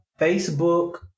Facebook